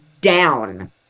down